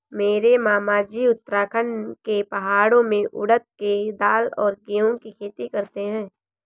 मेरे मामाजी उत्तराखंड के पहाड़ों में उड़द के दाल और गेहूं की खेती करते हैं